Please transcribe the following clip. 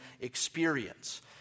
experience